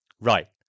Right